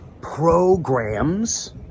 programs